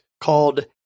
called